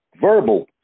verbal